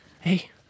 hey